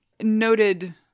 Noted